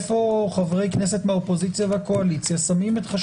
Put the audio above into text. איפה חברי הכנסת מהקואליציה והאופוזיציה שמים את הדגש.